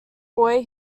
boy